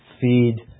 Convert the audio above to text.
Feed